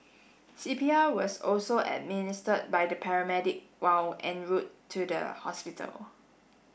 C P R was also administered by the paramedic while en route to the hospital